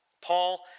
Paul